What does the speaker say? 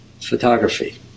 photography